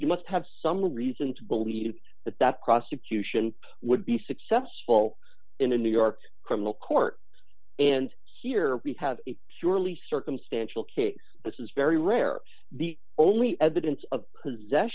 you must have some reason to believe that that prosecution would be successful in the new york criminal court and here we have surely circumstantial case this is very rare the only evidence of